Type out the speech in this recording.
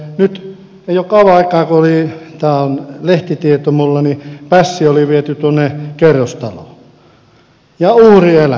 nyt ei ole kauaa aikaa kun oli tämä on lehtitieto minulla pässi viety kerrostaloon ja uhrieläimeksi